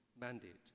mandate